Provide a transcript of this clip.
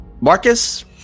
Marcus